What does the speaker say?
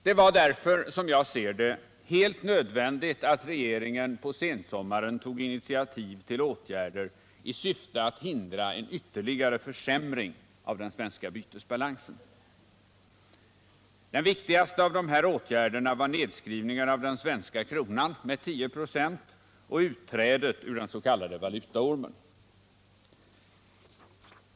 Det var därför, som jag ser det, helt nödvändigt att regeringen på sensommaren tog initiativ till åtgärder i syfte att hindra en ytterligare försämring av den svenska bytesbalansen. Den viktigaste av dessa åtgärder var nedskrivningen av den svenska kronan med 10 96 och utträdet ur den så kallade valutaormen.